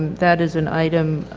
that is an item